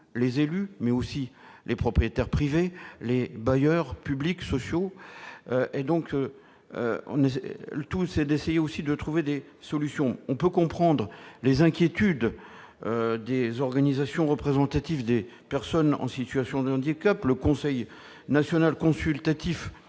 les élus, mais aussi les propriétaires privés et les bailleurs publics sociaux. Il nous faut trouver des solutions. On peut comprendre les inquiétudes des organisations représentatives des personnes en situation de handicap, du Conseil national consultatif